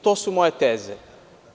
To su moje teze.